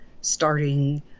starting